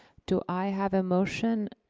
do i have a motion?